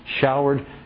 showered